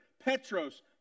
Petros